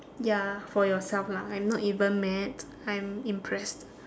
ya for yourself lah I am not even mad I am impressed